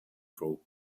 group